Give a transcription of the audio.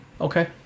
okay